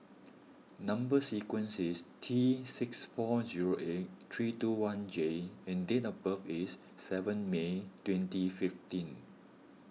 Number Sequence is T six four zero eight three two one J and date of birth is seven May twenty fifteen